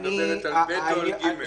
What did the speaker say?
את מדברת על (ב) או על (ג)?